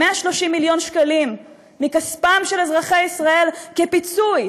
130 מיליון שקלים מכספם של אזרחי ישראל כפיצוי.